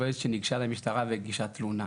עובדת שניגשה למשטרה והגישה תלונה.